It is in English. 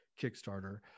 Kickstarter